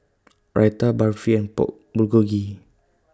Raita Barfi and Pork Bulgogi